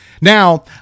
Now